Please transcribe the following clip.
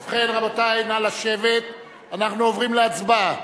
ובכן, רבותי, אנחנו עוברים להצבעה